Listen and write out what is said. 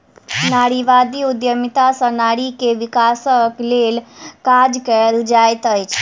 नारीवादी उद्यमिता सॅ नारी के विकासक लेल काज कएल जाइत अछि